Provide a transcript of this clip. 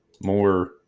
more